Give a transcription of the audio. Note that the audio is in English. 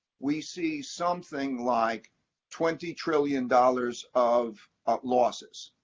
we see something like twenty trillion dollars of losses.